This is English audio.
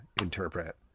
interpret